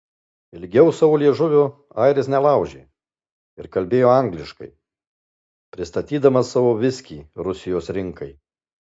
ilgiau savo liežuvio airis nelaužė ir kalbėjo angliškai pristatydamas savo viskį rusijos rinkai